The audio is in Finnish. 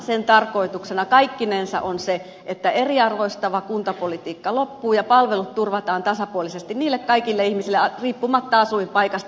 sen tarkoituksena kaikkinensa on nimenomaan se että eriarvoistava kuntapolitiikka loppuu ja palvelut turvataan tasapuolisesti kaikille ihmisille riippumatta asuinpaikasta